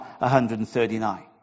139